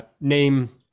name